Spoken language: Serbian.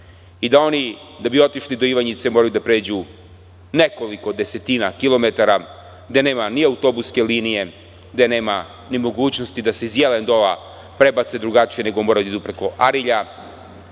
i da oni, da bi otišli do Ivanjice, moraju da pređu nekoliko desetina kilometara, gde nema ni autobuske linije, gde nema ni mogućnosti da se iz Jelendola prebace drugačije, nego moraju da idu preko Požege,